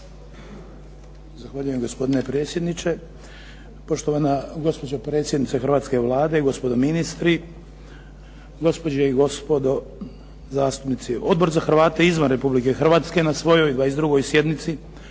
Zahvaljujem, gospodine predsjedniče. Poštovana gospođo predsjednice hrvatske Vlade, gospodo ministri. Gospođe i gospodo zastupnici. Odbor za Hrvate izvan Republike Hrvatske na svojoj 22. sjednici